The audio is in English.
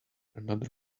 another